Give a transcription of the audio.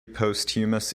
posthumous